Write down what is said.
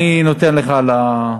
אני נותן לך.